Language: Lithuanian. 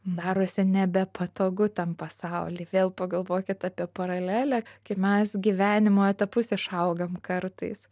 darosi nebepatogu tam pasauly vėl pagalvokit apie paralelę kaip mes gyvenimo etapus išaugam kartais